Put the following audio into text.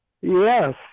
Yes